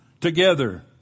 together